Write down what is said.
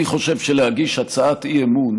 אני חושב שלהגיש הצעת אי-אמון